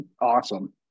awesome